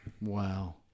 Wow